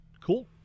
Cool